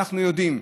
אנחנו יודעים.